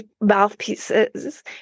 mouthpieces